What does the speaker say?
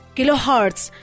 Kilohertz